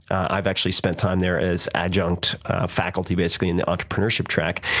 i've actually spent time there as adjunct faculty, basically, in the entrepreneurship track.